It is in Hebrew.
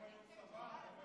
הם היו צבא?